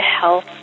health